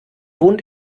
wohnt